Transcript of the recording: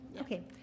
Okay